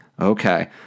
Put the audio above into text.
Okay